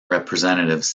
representatives